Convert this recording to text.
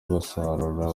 basarura